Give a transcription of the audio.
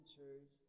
Church